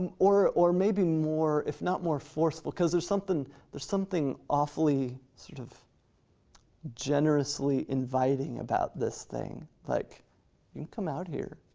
um or or maybe more, if not more forceful, cause there's something there's something awfully, sort of generously inviting about this thing, like, you can come out here,